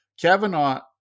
Kavanaugh